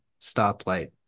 stoplight